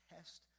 Test